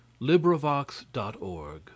LibriVox.org